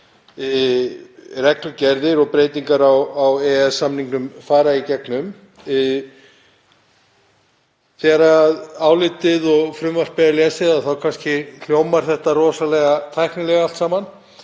reglugerðir og breytingar á EES-samningnum fara í gegnum. Þegar álitið er lesið þá kannski hljómar þetta rosalega tæknilega allt saman.